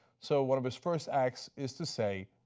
so one of his first acts is to say,